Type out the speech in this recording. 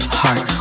heart